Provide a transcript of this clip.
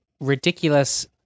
ridiculous